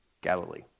Galilee